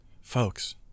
Folks